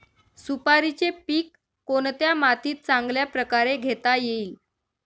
सुपारीचे पीक कोणत्या मातीत चांगल्या प्रकारे घेता येईल?